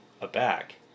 aback